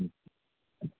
ꯎꯝ